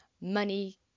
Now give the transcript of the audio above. money